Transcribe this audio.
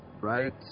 right